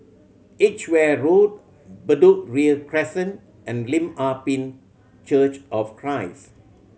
Edgware Road Bedok Ria Crescent and Lim Ah Pin Church of Christ